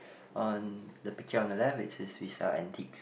on the picture on the left it says we sell antiques